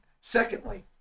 Secondly